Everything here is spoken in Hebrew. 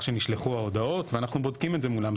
שנשלחו ההודעות ואנחנו בודקים את זה מולם.